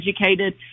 educated